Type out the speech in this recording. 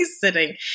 sitting